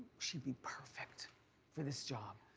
she'd be perfect for this job.